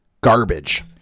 garbage